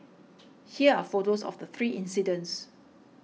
here are photos of the three incidents